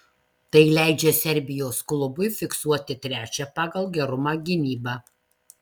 tai leidžia serbijos klubui fiksuoti trečią pagal gerumą gynybą